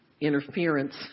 interference